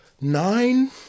Nine